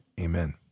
Amen